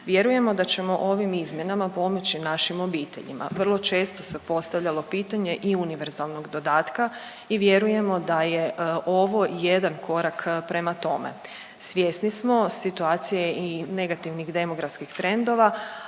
Vjerujemo da ćemo ovim izmjenama pomoći našim obiteljima. Vrlo često se postavljalo pitanje i univerzalnog dodatka i vjerujemo da je ovo jedan korak prema tome. Svjesni smo situacije i negativnih demografskih trendova,